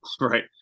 Right